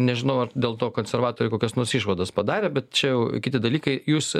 nežinau ar dėl to konservatoriai kokias nors išvadas padarė bet čia jau kiti dalykai jūs